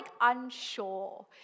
unsure